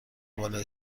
بالای